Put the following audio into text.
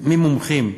ממומחים,